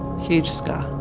huge scar,